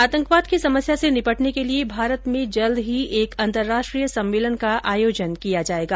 आतंकवाद की समस्या से निपटने के लिये भारत में जल्द ही एक अंतराष्ट्रीय सम्मेलन का आयोजन किया जायेगा